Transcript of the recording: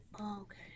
Okay